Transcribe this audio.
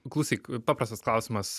klausyk paprastas klausimas